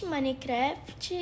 Minecraft